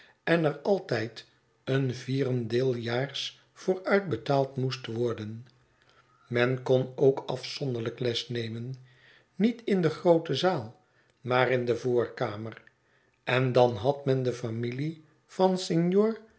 en er altijd een vierendeeljaars vooruitbetaald moest worden men kon ook afzonderlijk les nemen niet in de groote zaal maar in de voorkamer en dan had men de familie van